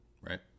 right